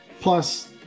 plus